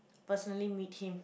personally meet him